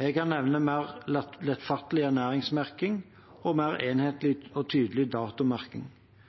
Jeg kan nevne mer lettfattelig ernæringsmerking og mer enhetlig og tydeligere datomerking.